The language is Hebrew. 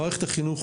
במערכת החינוך